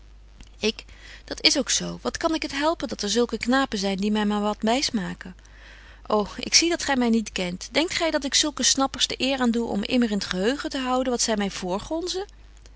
ik dat is ook zo wat kan ik het helpen dat er zulke knapen zyn die my maar wat wysmaken ô ik zie dat gy my niet kent denkt gy dat ik zulke snappers de eer aandoe om immer in t geheugen te houden wat zy my voorgonzen